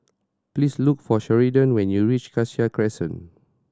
please look for Sheridan when you reach Cassia Crescent